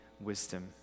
wisdom